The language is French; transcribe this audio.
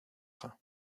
frein